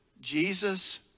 Jesus